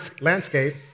landscape